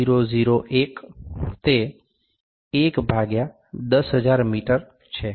0001 તે 110000 મી છે